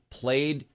played